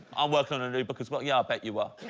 i'll work on a new because what yeah, i bet you were